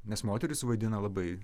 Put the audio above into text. nes moterys vaidina labai